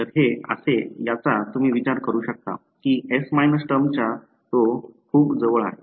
तर हे असे याचा तुम्ही असा विचार करू शकता कि S टर्मच्या तो खूप जवळ आहे